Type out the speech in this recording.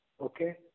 Okay